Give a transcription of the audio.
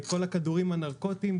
כל הכדורים הנרקוטיים,